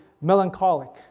melancholic